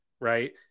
right